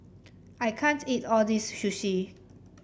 I can't eat all this Sushi